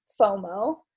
FOMO